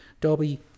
Darby